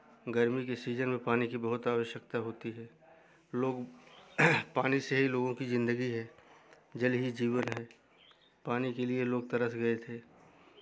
गर्मी के सीजन में पानी की बहुत आवश्यकता होती है लोग पानी से ही लोग की जिंदगी है जल ही जीवन है पानी के लिए लोग तरस गए थे